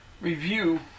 review